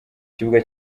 kibuga